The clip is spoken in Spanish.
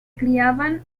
criaban